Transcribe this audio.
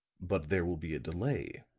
but there will be a delay,